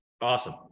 Awesome